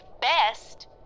best